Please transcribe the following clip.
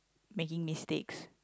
making mistakes